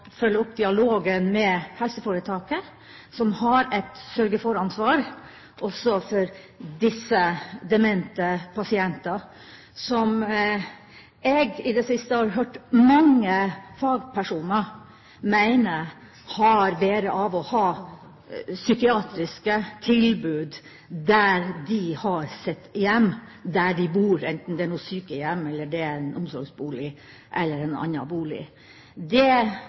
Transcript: følge opp dialogen med helseforetaket, som har et sørge-for-ansvar også for disse demente pasientene, som jeg i det siste har hørt mange fagpersoner mene har bedre av å ha psykiatriske tilbud der de har sitt hjem, der de bor – enten det nå er sykehjem, omsorgsbolig eller en annen bolig. Det